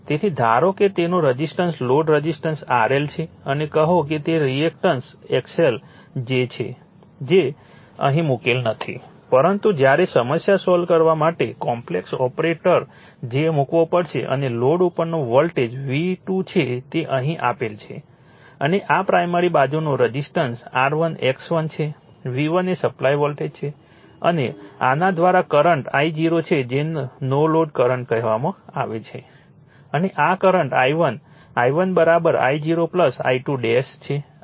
તેથી ધારો કે તેનો resistance load resistance R L છે અને કહો કે રિએક્ટન્સ XL j છે જે અહી મુકેલ નથી પરંતુ જ્યારે સમસ્યા સોલ્વ કરવા માટે કોમ્પ્લેક્સ ઑપરેટર j મૂકવો પડશે અને લોડ ઉપરનો વોલ્ટેજ V2 છે તે અહીં આપેલ છે અને આ પ્રાઇમરી બાજુનો રઝિસ્ટન્સ R1 X1 છે V1 એ સપ્લાય વોલ્ટેજ છે અને આના દ્વારા કરંટ I0 છે જે નો લોડ કરંટ કહેવામાં આવે છે અને આ current I1 I1 I0 I2 છે આ ફેઝર છે